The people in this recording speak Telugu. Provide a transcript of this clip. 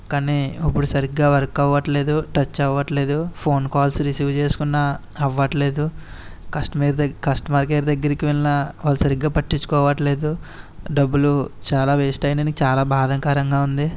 కానీ ఇప్పుడు సరిగ్గా వర్క్ అవట్లేదు టచ్ అవ్వట్లేదు ఫోన్ కాల్స్ రిసీవ్ చేసుకున్నా అవ్వట్లేదు కస్టమేర్ దగ్గ కస్టమర్ కేర్ దగ్గరకి వెళ్లినా వాళ్ళు సరిగ్గా పట్టించుకోవట్లేదు డబ్బులు చాలా వేస్ట్ అయిందని చాలా బాధాకరంగా ఉంది